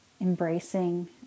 embracing